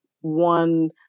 one